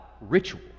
ritual